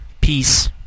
Peace